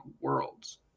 Worlds